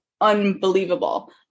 unbelievable